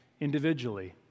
individually